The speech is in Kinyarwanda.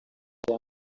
aya